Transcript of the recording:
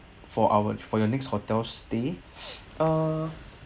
for our for your next hotel's stay uh